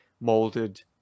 molded